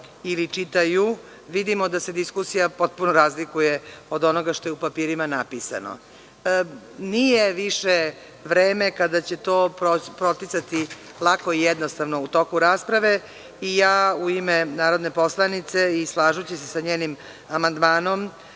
ili čitaju, vidimo da se diskusija potpuno razlikuje od onoga što je u papirima napisano. Nije više vreme kada će to proticati lako i jednostavno u toku rasprave. U ime narodne poslanice i slažući se sa njenim amandmanom,